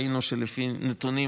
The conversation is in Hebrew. ראינו שלפי הנתונים,